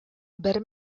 бер